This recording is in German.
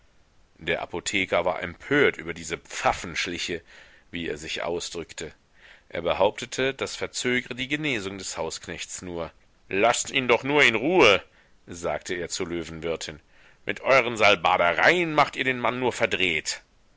der apotheker war empört über diese pfaffenschliche wie er sich ausdrückte er behauptete das verzögre die genesung des hausknechts nur laßt ihn doch nur in ruhe sagte er zur löwenwirtin mit euren salbadereien macht ihr den mann nur verdreht